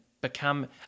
become